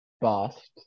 bust